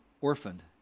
orphaned